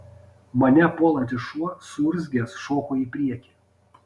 mane puolantis šuo suurzgęs šoko į priekį